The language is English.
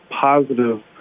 positive